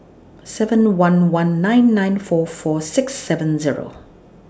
seven one one nine nine four four six seven Zero